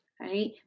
right